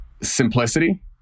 simplicity